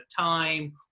time